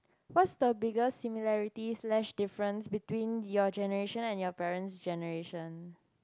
what's the biggest similarities slash difference between your generation and your parents' generation